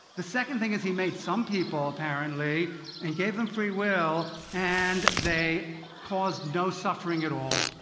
the second thing is he made some people apparently and gave them free will and they caused no suffering at all.